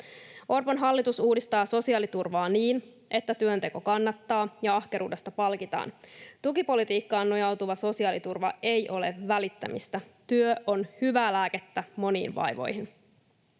Orpon hallitus uudistaa sosiaaliturvaa niin, että työnteko kannattaa ja ahkeruudesta palkitaan. Tukipolitiikkaan nojautuva sosiaaliturva ei ole välittämistä, työ on hyvää lääkettä moniin vaivoihin.